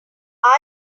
have